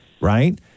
right